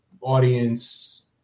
audience